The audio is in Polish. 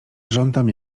żądam